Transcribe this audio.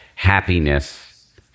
happiness